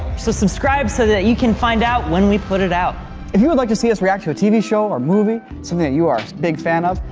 so subscribe so that you can find out when we put it out if you would like to see us react to a tv show or movie something that you are a big fan of.